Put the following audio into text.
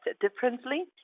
differently